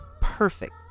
perfect